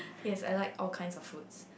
yes I like all kinds of fruits